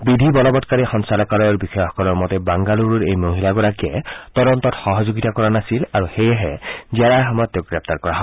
বিধি বলবৎকাৰী সঞ্চালকালয়ৰ বিষয়াসকলৰ মতে বাংগালুৰুৰ এই মহিলাগৰাকীয়ে তদন্তত সহযোগিতা কৰা নাছিল আৰু সেয়েহে জেৰাৰ সময়ত তেওঁক গ্ৰেপ্তাৰ কৰা হয়